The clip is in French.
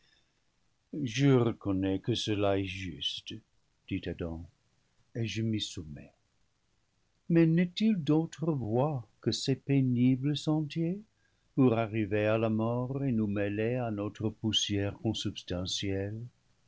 je reconnais que cela est juste dit adam et je m'y sou mets mais n'est-il d'autre voie que ces pénibles sentiers pour arriver à la mort et nous mêler à notre poussière